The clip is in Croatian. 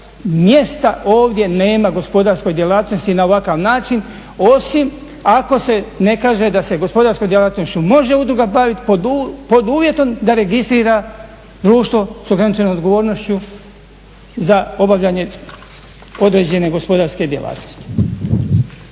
mjesta ovdje nema gospodarskoj djelatnosti na ovakav način osim ako se ne kaže da se gospodarskom djelatnošću može udruga baviti pod uvjetom da registrira društvo s ograničenom odgovornošću za obavljanje određene gospodarske djelatnosti.